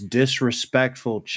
disrespectful